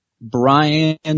Brian